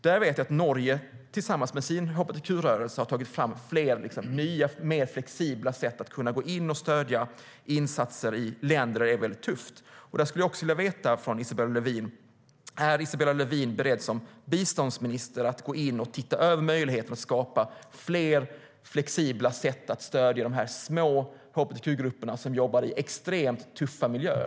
Jag vet att Norge tillsammans med sin hbtq-rörelse har tagit fram flera nya och mer flexibla sätt att kunna gå in och stödja insatser i länder där det är mycket tufft. Jag skulle vilja fråga om Isabella Lövin som biståndsminister är beredd att gå in och se över möjligheterna att skapa fler flexibla sätt att stödja dessa små hbtq-grupper som jobbar i extremt tuffa miljöer.